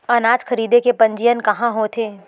अनाज खरीदे के पंजीयन कहां होथे?